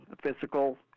physical